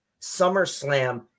SummerSlam